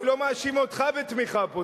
אני לא מאשים אותך בתמיכה פה.